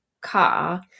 car